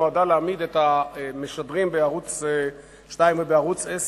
נועדה להעמיד את המשדרים בערוץ-2 ובערוץ-10